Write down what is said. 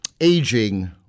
aging